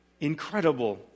incredible